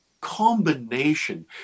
combination